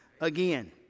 again